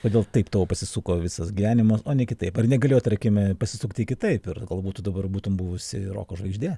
kodėl taip tavo pasisuko visas gyvenimas o ne kitaip ar negalėjo tarkime pasisukti kitaip ir galbūt tu dabar būtum buvusi roko žvaigždė